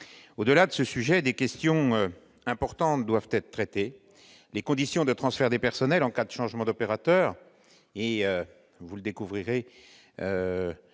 Au-delà de ce sujet, d'autres questions importantes doivent être traitées. Les conditions de transfert des personnels en cas de changement d'opérateur- nous examinerons